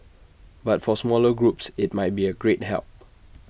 but for the smaller groups IT might be A great help